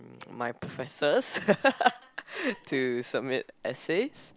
my professors to submit essays